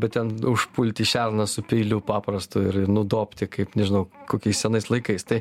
bet ten užpulti šerną su peiliu paprastu ir nudobti kaip nežinau kokiais senais laikais tai